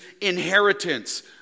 inheritance